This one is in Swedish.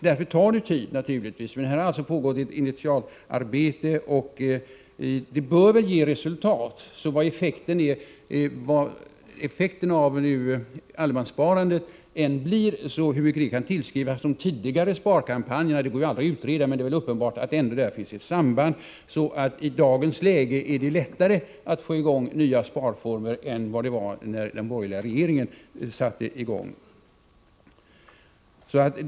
Därför tar det naturligtvis tid innan en sådan kampanj får effekt, men det har pågått ett initialarbete, som bör ge resultat. Vad effekten av allemanssparandet än blir, kan det aldrig utredas i vilken utsträckning det kan tillskrivas de tidigare sparkampanjerna. Men det är uppenbart att det ändå finns ett samband, så att det i dagens läge är lättare att få i gång nya sparformer än då den borgerliga regeringen satte i gång sin kampanj.